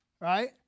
right